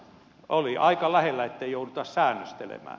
oli aika lähellä ettei jouduttu säännöstelemään